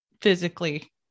physically